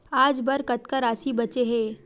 आज बर कतका राशि बचे हे?